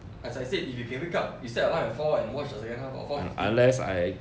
as I said if you can wake up you set alarm at four and watch the second half or four fifteen